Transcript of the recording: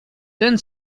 ten